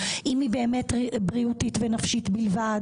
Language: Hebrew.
אם היא באמת בריאותית ונפשית בלבד